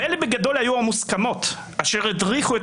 ואלה בגדול היו המוסכמות אשר הדריכו את